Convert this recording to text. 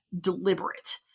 deliberate